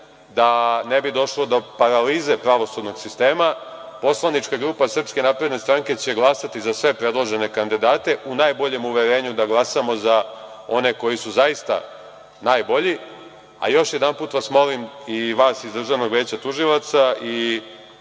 da ne bi došlo do paralize pravosudnog sistema, poslanička grupa SNS će glasati za sve predložene kandidate u najboljem uverenju da glasamo za one koji su zaista najbolji, a još jedanput vas molim, vas iz Državnog veća tužilaca i